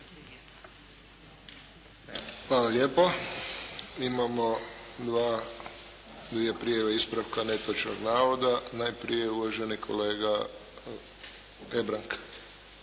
Hvala lijepo. Imamo dva, dvije prijave ispravka netočnog navoda. Najprije uvaženi kolega Hebrang.